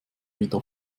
wieder